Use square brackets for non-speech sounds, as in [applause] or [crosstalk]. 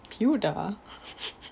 cute lah [laughs]